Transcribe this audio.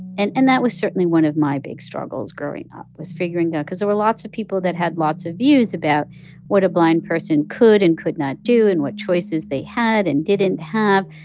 and and that was certainly one of my big struggles growing up was figuring that because there were lots of people that had lots of views about what a blind person could and could not do and what choices they had and didn't have.